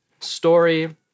story